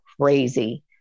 crazy